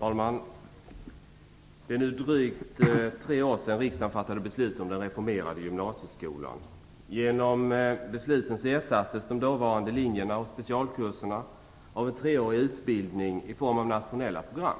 Herr talman! Det är nu drygt tre år sedan riksdagen fattade beslut om den reformerade gymnasieskolan. Genom besluten ersattes de dåvarande linjerna och specialkurserna av en treårig utbildning i form av nationella program.